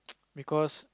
because